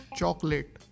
chocolate